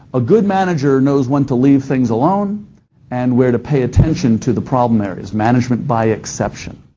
a good manager knows when to leave things alone and where to pay attention to the problem areas-management by exception.